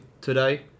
today